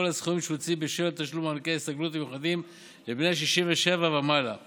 הסכומים שהוציא בשל תשלום מענקי ההסתגלות המיוחדים לבני 67 ומעלה